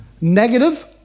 Negative